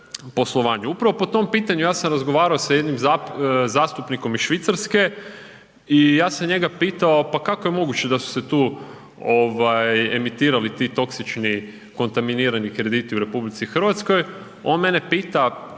Upravo po tom pitanju ja sam razgovarao sa jednim zastupnikom iz Švicarske i ja sam njega pitao pa kako je moguće da su se tu emitirali ti toksični, kontaminirani krediti u RH, on mene pita,